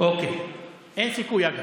אין סיכוי.